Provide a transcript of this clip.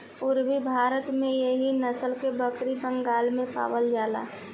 पूरबी भारत में एह नसल के बकरी बंगाल में पावल जाला